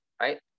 right